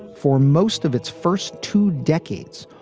for most of its first two decades,